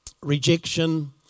rejection